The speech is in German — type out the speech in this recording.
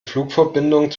flugverbindung